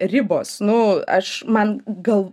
ribos nu aš man gal